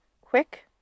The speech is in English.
quick